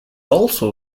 also